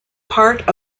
part